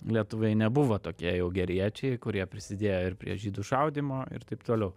lietuviai nebuvo tokie jau geriečiai kurie prisidėjo ir prie žydų šaudymo ir taip toliau